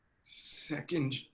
Second